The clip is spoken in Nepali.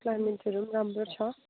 क्लाइमेटहरू पनि राम्रो छ